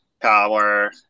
power